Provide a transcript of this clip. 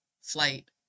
flight